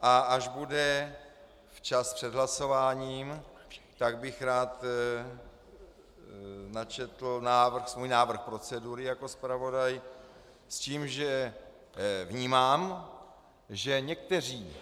A až bude čas před hlasováním, tak bych rád načetl svůj návrh procedury jako zpravodaj s tím, že vnímám, že někteří,